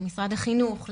למשרד החינוך,